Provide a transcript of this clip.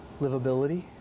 livability